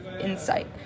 insight